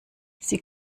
sie